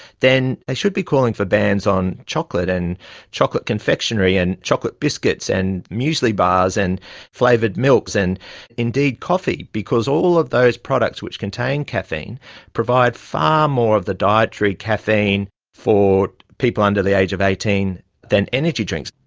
then they should be calling for bans on chocolate and chocolate confectionery and chocolate biscuits and muesli bars and flavoured milks and indeed coffee, because all of those products which contain caffeine provide far more of the dietary caffeine for people under the age of eighteen than energy drinks.